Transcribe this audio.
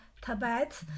Tibet